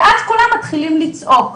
ואז כולם מתחילים לצעוק.